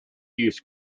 use